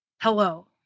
Hello